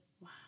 Wow